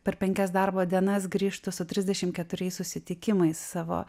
per penkias darbo dienas grįžtu su trisdešim keturiais susitikimais savo